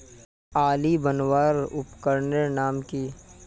आली बनवार उपकरनेर नाम की?